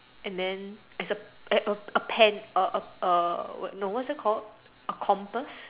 and then as a a pen err err err no what's that called a compass